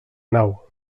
nau